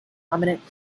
prominent